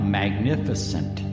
magnificent